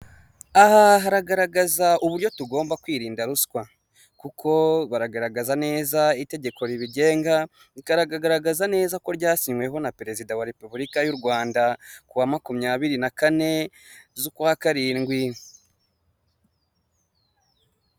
Aha haragaragaza uburyo tugomba kwirinda ruswa, kuko baragaragaza neza itegeko ribigenga rikanagaragaza neza ko ryasinkweho na perezida wa repubulika yu Rwanda ku wa makumyabiri na kane zu kwa karindwi.